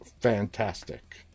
fantastic